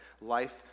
life